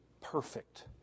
perfect